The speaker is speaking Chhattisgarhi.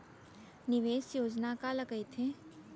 निवेश योजना काला कहिथे?